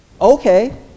Okay